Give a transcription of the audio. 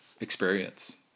experience